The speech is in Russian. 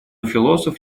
философ